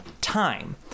time